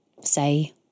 say